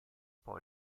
può